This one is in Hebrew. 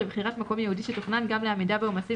לבחירת מקום ייעודי שתוכנן גם לעמידה בעומסים